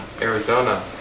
Arizona